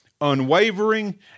unwavering